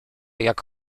jak